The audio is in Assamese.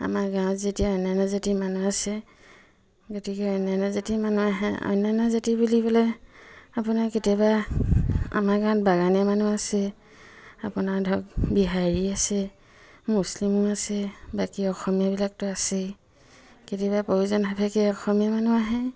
আমাৰ গাঁৱত যেতিয়া অন্যান্য জাতিৰ মানুহ আছে গতিকে অন্যান্য জাতিৰ মানুহ আহে অন্যান্য জাতি বুলিবলৈ আপোনাৰ কেতিয়াবা আমাৰ গাঁৱত বাগানীয়া মানুহ আছে আপোনাৰ ধৰক বিহাৰী আছে মুছলিমো আছে বাকী অসমীয়াবিলাকতো আছেই কেতিয়াবা প্ৰয়োজন সাপেক্ষে অসমীয়া মানুহ আহে